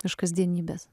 iš kasdienybės